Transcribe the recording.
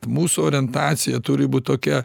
mūsų orientacija turi būt tokia